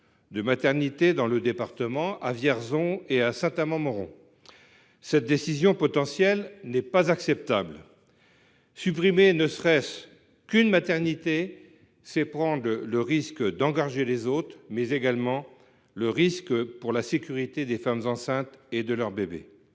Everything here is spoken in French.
de maternités dans le département, à Vierzon et à Saint Amand Montrond. Cette décision potentielle n’est pas acceptable ! Supprimer ne serait ce qu’une maternité, c’est prendre le risque d’engorger les autres et de mettre en péril la sécurité des femmes enceintes et de leurs bébés.